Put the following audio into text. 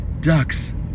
Ducks